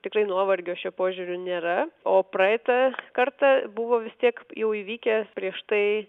tikrai nuovargio šiuo požiūriu nėra o praeitą kartą buvo vis tiek jau įvykę prieš tai